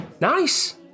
nice